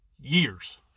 years